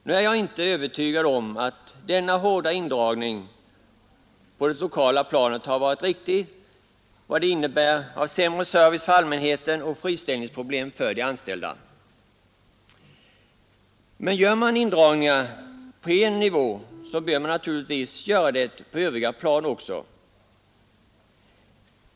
Nu är jag inte övertygad om att denna hårda indragning på det lokala planet varit riktig med vad den innebär av sämre service för allmänheten och friställningsproblem för de anställda. Men gör man indragningar på en nivå bör man naturligtvis göra det på övriga plan också.